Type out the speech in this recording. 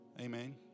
Amen